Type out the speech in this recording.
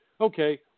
Okay